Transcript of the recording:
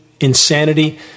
insanity